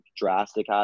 drastic